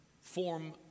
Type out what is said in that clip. form